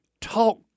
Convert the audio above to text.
talk